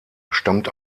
stammt